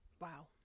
Wow